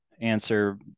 answer